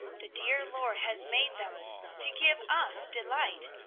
the dear lord has made them to give us delight.